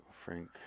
Frank